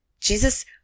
Jesus